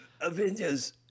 Avengers